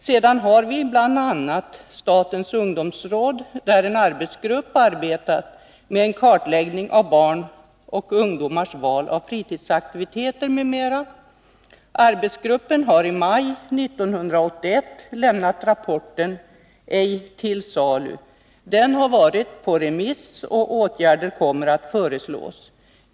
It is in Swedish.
Sedan har vi bl.a. statens ungdomsråd, där en arbetsgrupp arbetat med en kartläggning av barns och ungdomars val av fritidsaktiviteter m.m. Arbetsgruppen har i maj 1981 lämnat rapporten Ej till salu. Den har varit på remiss, och åtgärder kommer att föreslås.